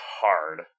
hard